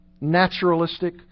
naturalistic